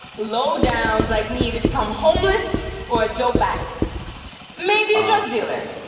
low downs like me, they become homeless or a dope addict maybe a drug dealer.